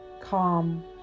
calm